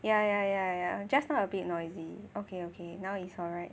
ya ya ya ya just now a bit noisy okay okay now it's alright